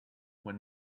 when